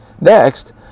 Next